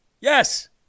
Yes